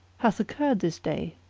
hath occurred this day?